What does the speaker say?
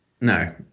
No